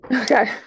okay